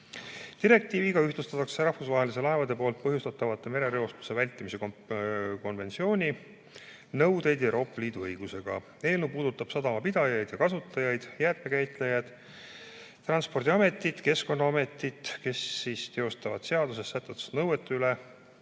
Direktiiviga ühtlustatakse rahvusvahelise laevade põhjustatava merereostuse vältimise konventsiooni nõudeid Euroopa Liidu õigusega. Eelnõu puudutab sadamapidajaid ja -kasutajaid, jäätmekäitlejad, Transpordiametit ning Keskkonnaametit, kes teostavad seaduses sätestatud nõuete üle